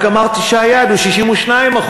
רק אמרתי שהיעד הוא 62%,